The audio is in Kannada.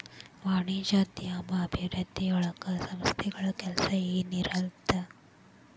ವಾಣಿಜ್ಯೋದ್ಯಮ ಅಭಿವೃದ್ಧಿಯೊಳಗ ಸಂಸ್ಥೆಗಳ ಕೆಲ್ಸ ಏನಿರತ್ತ